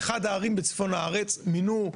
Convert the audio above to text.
באחד הערים בצפון הארץ מינו,